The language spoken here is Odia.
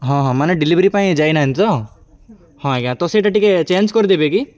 ହଁ ହଁ ମାନେ ଡେଲିଭରି ପାଇଁ ଯାଇନାହାଁନ୍ତି ତ ହଁ ଆଜ୍ଞା ତ ସେଇଟା ଟିକେ ଚେଞ୍ଜ କରିଦେବେ କି